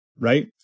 right